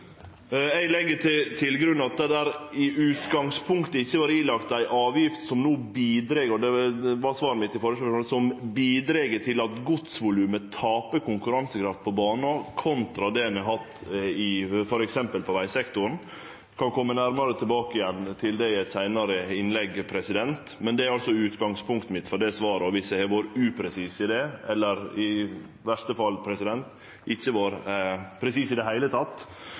Eg legg til grunn at det i utgangspunktet ikkje var pålagt ei avgift som no bidreg – og det var svaret mitt på førre spørsmål – til at godsvolumet taper konkurransekraft på bane, kontra det vi har hatt i f.eks. vegsektoren. Eg kan kome nærmare tilbake til det i eit seinare innlegg. Men det er altså utgangspunktet mitt for det svaret, og viss eg har vore upresis i det, eller i verste fall ikkje har vore presis i det heile,